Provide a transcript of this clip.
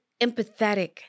empathetic